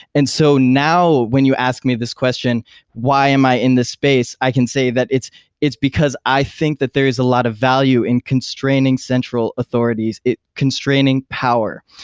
and so now when you ask me this question why am i in the space? i can say that it's it's because i think that there is a lot of value in constraining central authorities, constraining power.